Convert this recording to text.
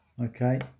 Okay